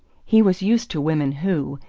he was used to women who,